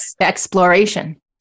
exploration